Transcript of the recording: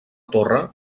torre